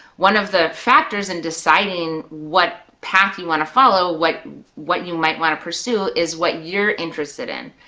one of the factors in deciding what path you wanna follow, what what you might wanna pursue, is what you're interested in.